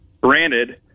granted